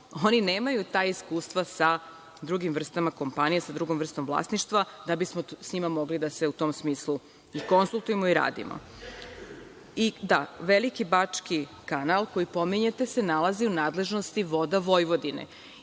oni nemaju ta iskustva sa drugim vrstama kompanije, sa drugom vrstom vlasništva da bismo sa njima mogli u tom smislu konsultujemo i radimo. Veliki bački kanal, koji pominjete, se nalazi u nadležnosti „Voda Vojvodine“